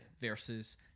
versus